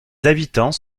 habitants